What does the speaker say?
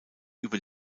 über